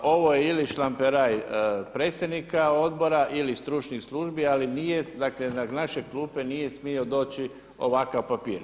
Ovo je ili šlamperaj predsjednika Odbora ili stručnih službi ali nije, dakle na naše klupe nije smio doći ovakav papir.